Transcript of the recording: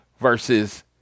versus